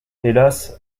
hélas